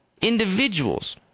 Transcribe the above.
individuals